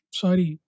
sorry